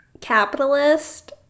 capitalist